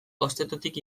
ostatutik